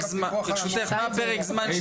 ברשותך, מה פרק הזמן?